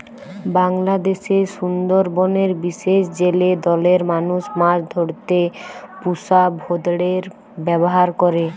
বাংলাদেশের সুন্দরবনের বিশেষ জেলে দলের মানুষ মাছ ধরতে পুষা ভোঁদড়ের ব্যাভার করে